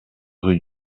rue